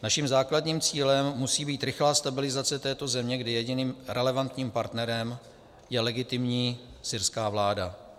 Naším základním cílem musí být rychlá stabilizace této země, kdy jediným relevantním partnerem je legitimní syrská vláda.